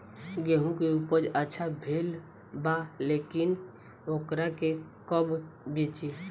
गेहूं के उपज अच्छा भेल बा लेकिन वोकरा के कब बेची?